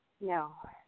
No